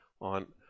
on